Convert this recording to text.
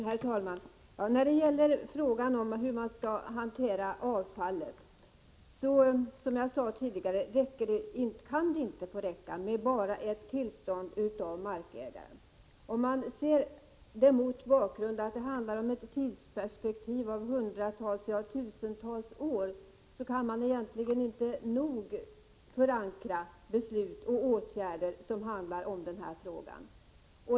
Herr talman! När det gäller frågan om hur man skall hantera avfallet kan det inte, som jag sade tidigare, få vara tillräckligt med enbart ett tillstånd av markägaren. Det handlar dock om ett tidsperspektiv på hundratals, ja, tusentals år, och mot den bakgrunden kan man inte nog förankra beslut och åtgärder som rör avfallshanteringen.